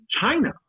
China